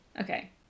okay